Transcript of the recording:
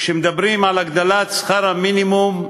כשמדברים על הגדלת שכר המינימום,